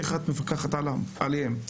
איך את מפקחת עליהם?